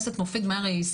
חה"כ מופיד מרעי,